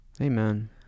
Amen